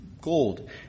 gold